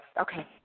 Okay